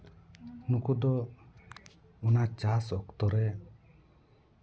ᱩᱱᱠᱩ ᱫᱚ ᱚᱱᱟ ᱪᱟᱥ ᱚᱠᱛᱚ ᱨᱮ